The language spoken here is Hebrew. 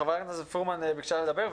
חברת הכנסת פרומן ביקשה לדבר,